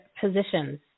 positions